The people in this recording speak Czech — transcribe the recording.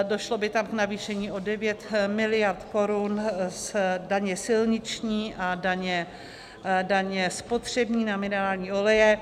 Došlo by tam k navýšení o 9 miliard korun z daně silniční a daně spotřební na minerální oleje.